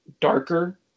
darker